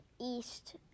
East